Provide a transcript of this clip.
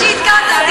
לא ידעתי.